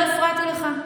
לא הפרעתי לך.